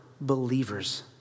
believers